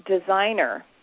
designer